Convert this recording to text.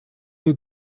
you